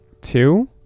Two